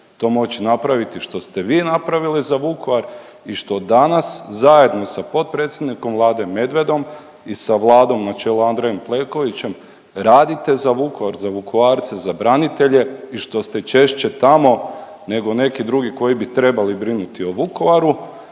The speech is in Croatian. to moći napraviti što ste vi napravili za Vukovar i što danas zajedno sa potpredsjednikom Vlade Medvedom i sa Vladom na čelu Andrejom Plenkovićem radite za Vukovar, za Vukovarce, za branitelje i što ste češće tamo nego neki drugi koji bi trebali brinuti o Vukovaru.